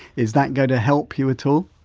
is that going to help you at all?